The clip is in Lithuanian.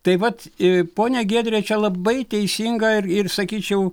tai vat ponia giedrė čia labai teisingą ir ir sakyčiau